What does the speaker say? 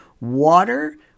Water